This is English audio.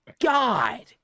God